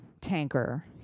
tanker